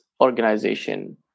organization